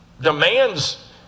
demands